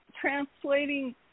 translating